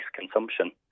consumption